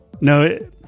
No